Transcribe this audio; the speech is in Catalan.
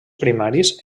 primaris